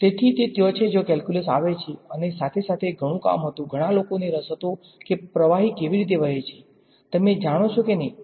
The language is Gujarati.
તેથી તે ત્યાં છે જ્યાં કેલ્ક્યુલસ આવે છે અને સાથે સાથે ઘણું કામ હતું ઘણા લોકોને રસ હતો કે પ્રવાહી કેવી રીતે વહે છે તમે જાણો છો કે નહીં